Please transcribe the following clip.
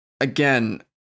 again